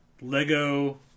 LEGO